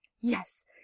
Yes